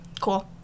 cool